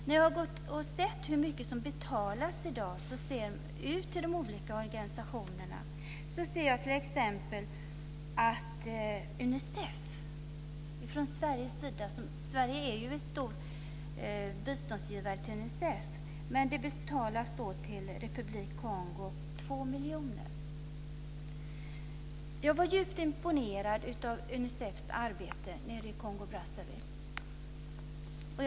När jag har sett hur mycket som betalas ut till de olika organisationerna har jag sett att t.ex. Unicef från Sveriges sida - Sverige är ju en stor biståndsgivare till Unicef - fått 2 miljoner som betalas till Republiken Kongo. Jag var djupt imponerad av Unicefs arbete nere i Kongo-Brazzaville.